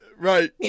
Right